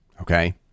Okay